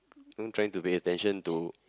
trying to pay attention to